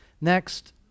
Next